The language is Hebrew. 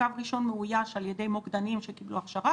קו ראשון מאויש על ידי מוקדנים שקיבלו הכשרה.